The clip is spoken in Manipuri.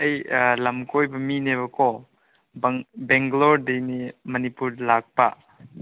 ꯑꯩ ꯑꯥ ꯂꯝ ꯀꯣꯏꯕ ꯃꯤꯅꯦꯕꯀꯣ ꯕꯦꯡꯒ꯭ꯂꯣꯔꯗꯩꯅꯤ ꯃꯅꯤꯄꯨꯔꯗ ꯂꯥꯛꯄ